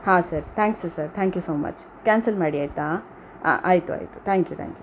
ಹಾಂ sir thanks sir thank you so much cancel ಮಾಡಿ ಆಯಿತಾ ಹಾಂ ಆಯಿತು ಆಯಿತು ಥ್ಯಾಂಕ್ ಯು ಥ್ಯಾಂಕ್ ಯು